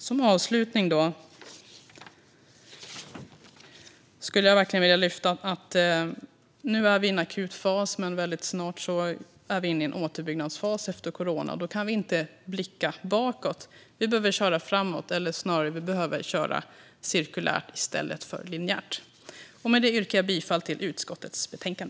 Som avslutning skulle jag vilja framhålla att vi nu är i en akut fas, men snart är vi inne i en återbyggnadsfas efter corona. Då kan vi inte blicka bakåt. Vi behöver köra framåt, eller snarare: Vi behöver köra cirkulärt i stället för linjärt. Med detta yrkar jag bifall till utskottets förslag.